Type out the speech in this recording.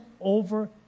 over